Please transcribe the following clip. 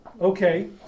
Okay